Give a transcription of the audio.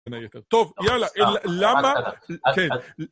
טוב, יאללה, למה... כן,